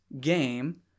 game